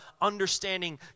understanding